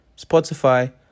Spotify